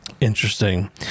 Interesting